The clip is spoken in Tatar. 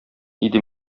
иде